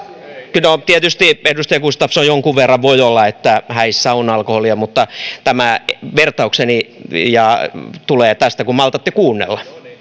no tietysti edustaja gustafsson jonkun verran voi häissä olla alkoholia mutta tämä vertaukseni tulee tästä jos maltatte kuunnella